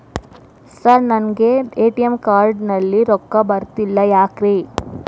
Sir ನನಗೆ ATM card ನಲ್ಲಿ ರೊಕ್ಕ ಬರತಿಲ್ಲ ಯಾಕ್ರೇ?